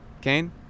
Kane